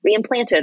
reimplanted